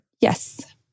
Yes